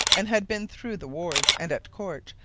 and had been through the wars and at court,